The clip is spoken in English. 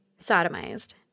sodomized